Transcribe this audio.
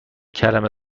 کلمه